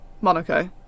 Monaco